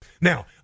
Now